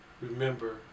remember